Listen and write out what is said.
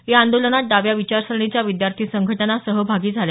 या आंदोलनात डाव्या विचारसरणीच्या विद्यार्थी संघटना सहभागी झाल्या